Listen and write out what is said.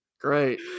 Great